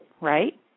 right